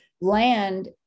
land